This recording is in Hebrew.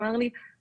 אמר לי "אה,